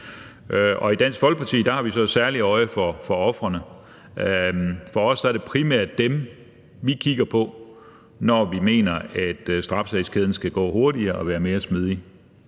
I Dansk Folkeparti har vi et særligt øje for ofrene. For os er det primært dem, vi kigger på, når vi mener, at straffesagskæden skal gå hurtigere og være mere smidig.